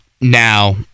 now